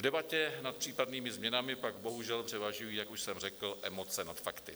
V debatě nad případnými změnami pak bohužel převažují, jak už jsem řekl, emoce nad fakty.